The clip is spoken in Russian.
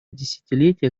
десятилетия